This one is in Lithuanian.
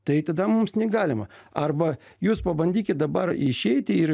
tai tada mums negalima arba jūs pabandykit dabar išeiti ir